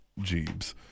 Jeebs